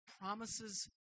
promises